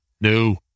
No